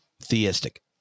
theistic